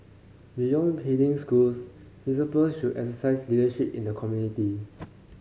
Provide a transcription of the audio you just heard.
beyond schools principal should exercise leadership in the community